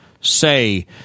say